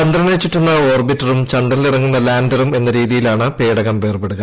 ചന്ദ്രനെ ചുറ്റുന്ന ഓർബിറ്ററും ചന്ദ്രനിൽ ഇറങ്ങുന്ന ലാൻഡറും എന്ന രീതിയിലാണ് പ്പേടകം വേർപെടുക